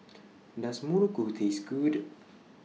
Does Muruku Taste Good